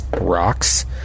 Rocks